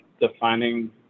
defining